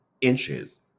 inches